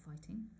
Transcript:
fighting